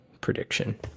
prediction